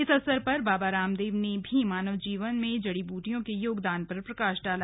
इस अवसर पर बाबा रामदेव ने भी मानव जीवन में जड़ी बूटियों के योगदान पर प्रकाश डाला